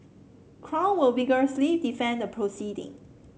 crown will vigorously defend the proceeding